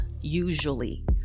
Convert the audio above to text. usually